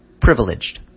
privileged